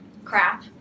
Crap